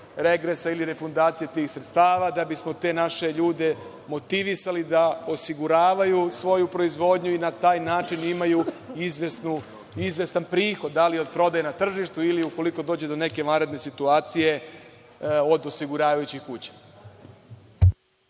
regresa ili refundacije tih sredstava da bismo te naše ljude motivisali da osiguravaju svoju proizvodnju i na taj način imaju izvestan prihod, da li od prodaje na tržištu ili ukoliko dođe do neke vanredne situacije od osiguravajućih kuća.